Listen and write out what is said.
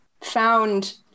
found